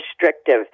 restrictive